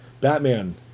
Batman